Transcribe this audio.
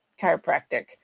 chiropractic